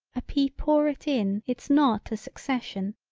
a pea pour it in its not a succession,